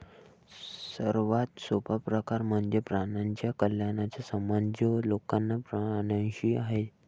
सर्वात सोपा प्रकार म्हणजे प्राण्यांच्या कल्याणाचा संबंध जो लोकांचा प्राण्यांशी आहे